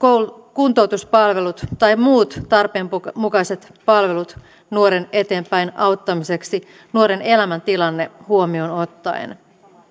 kuntoutuspalvelut tai muut tarpeen mukaiset palvelut nuoren eteenpäin auttamiseksi nuoren elämäntilanne huomioon ottaen